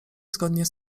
zgodnie